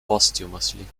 posthumously